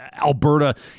Alberta